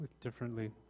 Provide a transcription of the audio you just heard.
differently